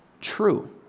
true